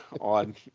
on